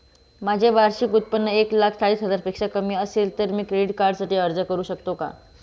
माझे वार्षिक उत्त्पन्न एक लाख चाळीस हजार पेक्षा कमी असेल तर मी क्रेडिट कार्डसाठी अर्ज करु शकतो का?